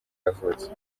yavutse